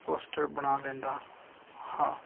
poster ਬਣਾ ਲੈਂਦਾ ਹਾਂ